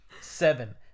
seven